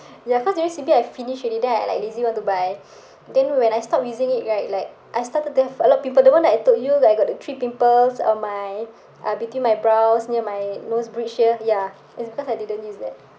ya cause during C_B I finish already then I like I lazy want to buy then when I stop using it right like I started to have a lot of pimple the one that I told you that I got the three pimples on my uh between my brows near my nose bridge here ya it's because I didn't use that